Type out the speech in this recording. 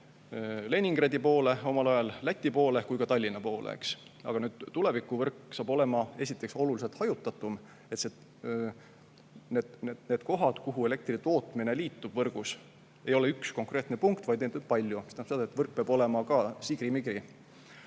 nii Leningradi poole, Läti poole kui ka Tallinna poole. Aga tulevikuvõrk hakkab olema esiteks oluliselt hajutatum. Need kohad, kuhu elektri tootmine liitub võrgus, ei ole ühes konkreetses punktis, vaid neid on palju. See tähendab seda, et võrk peab olema ka nagu sigrimigri.